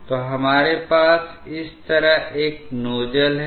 तो हमारे पास इस तरह एक नोजल है